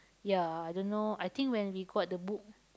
ya I don't know I think when we got the book